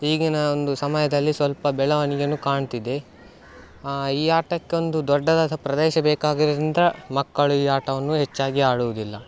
ಈಗಿನ ಒಂದು ಸಮಯದಲ್ಲಿ ಸ್ವಲ್ಪ ಬೆಳವಣಿಗೆಯನ್ನು ಕಾಣ್ತಿದೆ ಈ ಆಟಕ್ಕೆ ಒಂದು ದೊಡ್ಡದಾದ ಪ್ರದೇಶ ಬೇಕಾಗಿರುವುದ್ರಿಂದ ಮಕ್ಕಳು ಈ ಆಟವನ್ನು ಹೆಚ್ಚಾಗಿ ಆಡುವುದಿಲ್ಲ